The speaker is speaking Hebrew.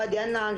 ואדי אל-נעם,